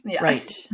Right